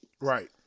right